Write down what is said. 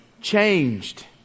changed